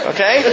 Okay